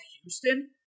Houston